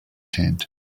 tent